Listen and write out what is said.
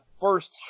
first